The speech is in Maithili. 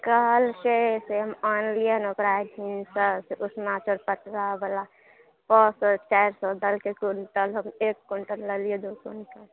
काल्हि से ओकरा आनलियनि उसना चाउर पतला वाला चारि सए देलकै क्विण्टल हम एक क्विण्टल लेलियै दू क्विण्टल